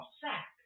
sack